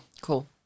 Cool